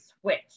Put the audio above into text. switch